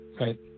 Right